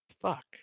Fuck